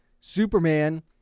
Superman